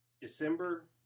December